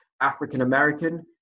african-american